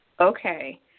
Okay